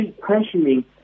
questioning